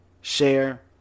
share